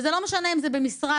ולא משנה באיזה משרד,